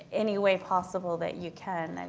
any way possible that you can.